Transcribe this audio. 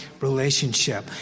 relationship